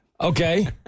Okay